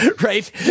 right